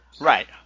Right